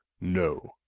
no